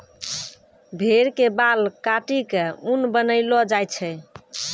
भेड़ के बाल काटी क ऊन बनैलो जाय छै